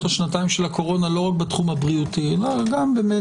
השנתיים של הקורונה לא רק בתחום הבריאותי אלא גם באחרים